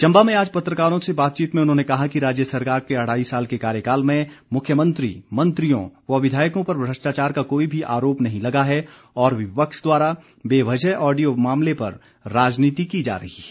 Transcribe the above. चंबा में आज पत्रकारों से बातचीत में उन्होंने कहा कि राज्य सरकार के अढ़ाई साल के कार्यकाल में मुख्यमंत्री मंत्रियों व विधायकों पर भ्रष्टाचार का कोई भी आरोप नहीं लगा है और विपक्ष द्वारा बेवजह ऑडियो मामले पर राजनीति की जा रही है